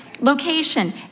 location